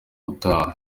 utaha